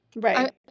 Right